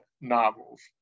novels